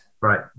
right